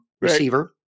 receiver